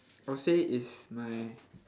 I'll say is my